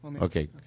Okay